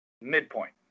Midpoint